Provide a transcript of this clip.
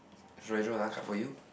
should I should I cut for you